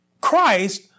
Christ